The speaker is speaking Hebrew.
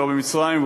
ולא במצרים,